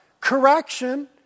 correction